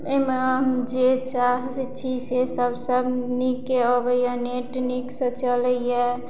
एहिमे हम जे चाहै छी से सब सब नीक अबैया नेट नीकसँ चलैया